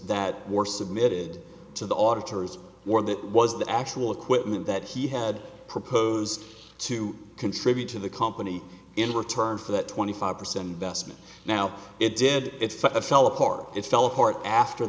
that were submitted to the auditor's were that was the actual equipment that he had proposed to contribute to the company in return for that twenty five percent vestment now it dead it fell apart it fell apart after